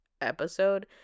episode